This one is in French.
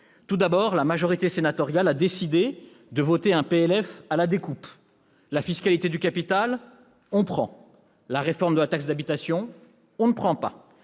Tout d'abord, la majorité sénatoriale a décidé de voter un projet de loi de finances à la découpe. La fiscalité du capital ? On prend. La réforme de la taxe d'habitation ? On ne prend pas.